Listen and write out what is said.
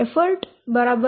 effort 2